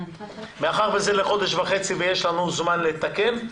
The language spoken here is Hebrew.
מאחר שזה לחודש וחצי ויש לנו זמן לתקן,